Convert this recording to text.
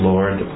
Lord